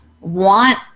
want